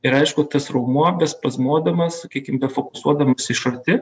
ir aišku tas raumuo bespazmuodamas sakykim befokusuodamas iš arti